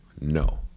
No